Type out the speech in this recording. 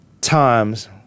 times